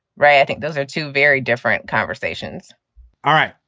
right. i think those are two very different conversation all right,